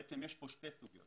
בעצם יש כאן שתי סוגיות,